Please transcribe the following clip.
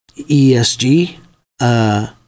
ESG